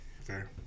Fair